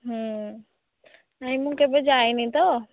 ନାଇଁ ମୁଁ କେବେ ଯାଇନି ତ